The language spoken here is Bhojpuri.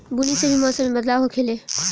बुनी से भी मौसम मे बदलाव होखेले